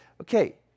Okay